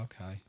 Okay